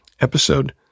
Episode